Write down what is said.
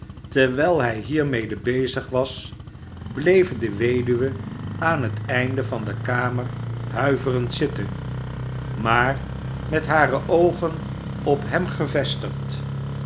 terwijl hij hiermede bezig was bleef de weduwe aan het einde van de kamer huiverend zitten maar met hare oogen op hem gevestigd